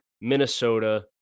Minnesota